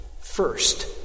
First